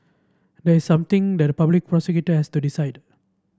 there's something that public prosecutor has to decide